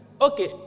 Okay